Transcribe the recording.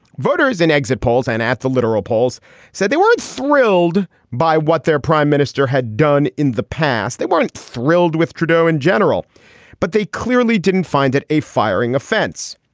voters in exit polls and at the literal polls said they weren't thrilled by what their prime minister had done in the past. they weren't thrilled with trudeau in general but they clearly didn't find it a firing offense.